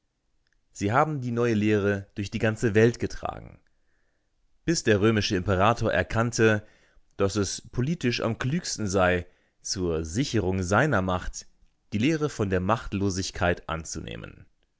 sie haben die neue lehre durch die ganze welt getragen bis der römische imperator erkannte daß es politisch am klügsten sei zur sicherung seiner macht die lehre von der machtlosigkeit anzunehmen